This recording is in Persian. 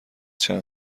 چند